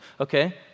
okay